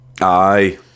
Aye